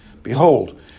Behold